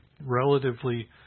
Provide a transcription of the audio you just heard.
relatively